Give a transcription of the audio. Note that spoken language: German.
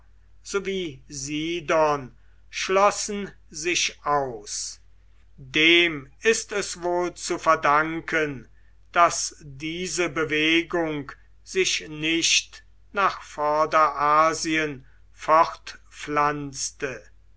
sowie sidon schlossen sich aus dem ist es wohl zu verdanken daß diese bewegung sich nicht nach vorderasien fortpflanzte